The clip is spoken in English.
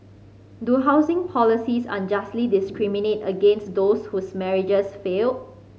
do housing policies unjustly discriminate against those whose marriages failed